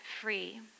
free